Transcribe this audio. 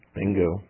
Bingo